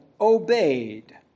obeyed